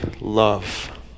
love